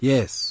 Yes